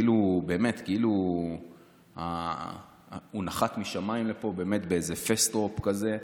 באמת כאילו הוא נחת משמיים לפה באיזה fast drop כזה.